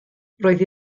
roedd